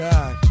God